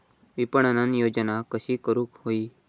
विपणन योजना कशी करुक होई?